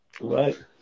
Right